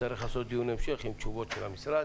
נצטרך לקיים דיון המשך עם תשובות של המשרד.